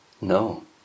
no